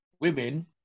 women